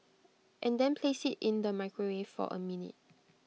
and then place IT in the microwave for A minute